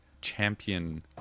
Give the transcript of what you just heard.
champion